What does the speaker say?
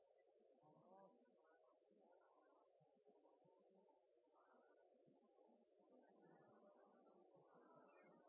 han har